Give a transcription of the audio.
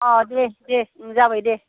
अ' दे दे उम जाबाय दे